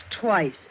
twice